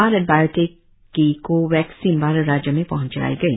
Bharat Biotech की को vaccine बारह राज्यों में पह्ंचाई गई